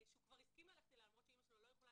שהוא כבר הסכים ללכת אליה למרות שאמא שלו לא יכולה